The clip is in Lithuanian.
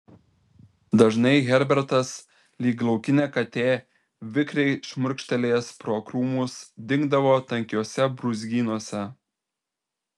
dažnai herbertas lyg laukinė katė vikriai šmurkštelėjęs pro krūmus dingdavo tankiuose brūzgynuose